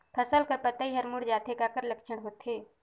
फसल कर पतइ हर मुड़ जाथे काकर लक्षण होथे?